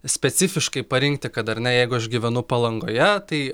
specifiškai parinkti kad ar ne jeigu aš gyvenu palangoje tai